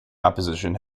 opposition